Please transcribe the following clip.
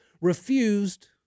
refused